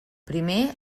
primer